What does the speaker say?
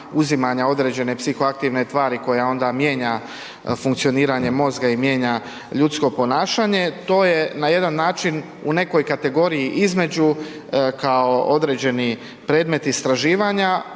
uzimanja određene psihoaktivne tvari koja onda mijenja funkcioniranje mozga i mijenja ljudsko ponašanje, to je na jedan način u nekoj kategoriji između kao određeni predmet istraživanja.